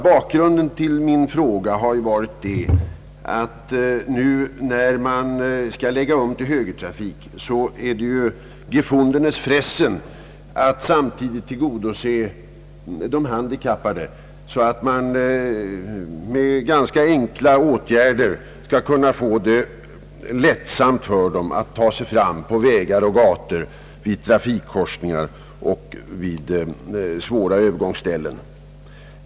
Bakgrunden till min fråga har varit att det, när man nu skall lägga om till högertrafik, är ett »gefundenes Fressen» att samtidigt hjälpa de handikappade, så att de med ganska enkla åtgärder får det lättare att ta sig fram på vägar och gator, vid trafikkorsningar och vid svåra övergångsställen.